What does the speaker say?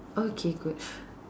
okay good